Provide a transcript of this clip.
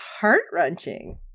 heart-wrenching